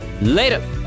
Later